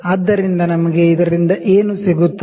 ಆದ್ದರಿಂದ ನಮಗೆ ಇದರಿಂದ ಏನು ಸಿಗುತ್ತದೆ